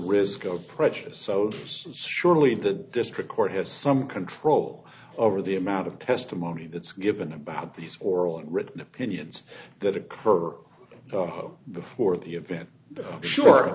risk of prejudice so does surely the district court has some control over the amount of testimony that's given about these oral or written opinions that occur before the event sure